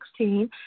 2016